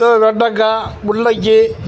வெண்டைக்கா முள்ளங்கி